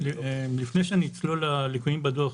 לפני שאני אצלול לליקויים בדוח,